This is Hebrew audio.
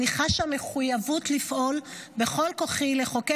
אני חשה מחויבות לפעול בכל כוחי לחוקק